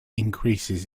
increases